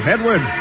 Edward